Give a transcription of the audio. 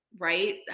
Right